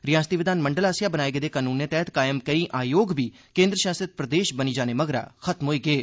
रिआसती विघानमंडल आसेआ बनाए गेदे कानूने तैहत कायम केई आयोग बी केन्द्र शासित प्रदेश बनी जाने मगरा खत्म होई गे न